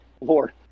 Lord